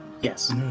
Yes